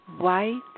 White